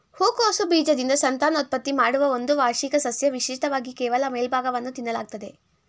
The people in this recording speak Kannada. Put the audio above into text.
ಹೂಕೋಸು ಬೀಜದಿಂದ ಸಂತಾನೋತ್ಪತ್ತಿ ಮಾಡುವ ಒಂದು ವಾರ್ಷಿಕ ಸಸ್ಯ ವಿಶಿಷ್ಟವಾಗಿ ಕೇವಲ ಮೇಲ್ಭಾಗವನ್ನು ತಿನ್ನಲಾಗ್ತದೆ